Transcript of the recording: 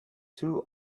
two